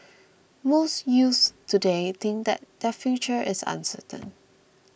most youths today think that their future is uncertain